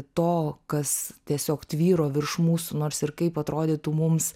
to kas tiesiog tvyro virš mūsų nors ir kaip atrodytų mums